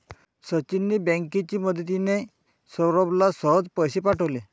सचिनने बँकेची मदतिने, सौरभला सहज पैसे पाठवले